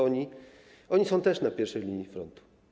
Oni są też na pierwszej linii frontu.